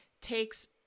takes